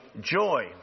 joy